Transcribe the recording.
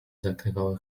zakrywały